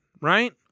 right